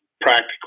practical